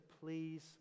please